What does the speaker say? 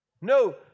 No